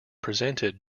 presented